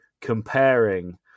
comparing